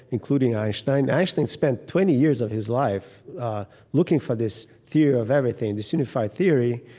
including einstein einstein spent twenty years of his life looking for this theory of everything, this unifying theory.